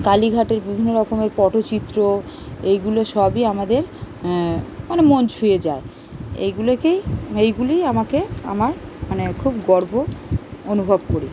কালীঘাটের বিভিন্ন রকমের পটচিত্র এইগুলো সবই আমাদের মানে মন ছুঁয়ে যায় এইগুলোকেই এইগুলিই আমাকে আমার মানে খুব গর্ব অনুভব করি